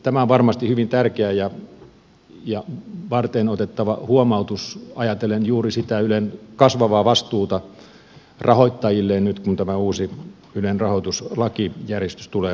tämä on varmasti hyvin tärkeä ja varteenotettava huomautus ajatellen juuri sitä ylen kasvavaa vastuuta rahoittajilleen nyt kun tämä uusi ylen rahoituslaki tulee voimaan